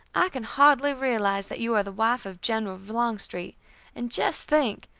i can hardly realize that you are the wife of general longstreet and just think,